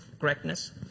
correctness